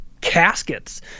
caskets